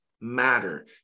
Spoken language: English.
matter